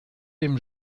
dem